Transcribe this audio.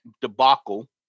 debacle